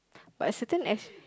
but certain as~